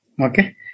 Okay